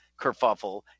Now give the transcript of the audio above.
kerfuffle